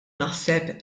naħseb